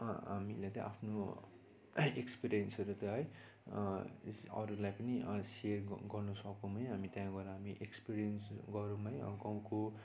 हामीले त आफ्नो एक्सपिरियन्सहरू त है यसरी अरूलाई पनि सेयर गर्न सकौँ है हामी त्यहाँ गएर हामी एक्सपिरियन्स गराऊँ है गाउँको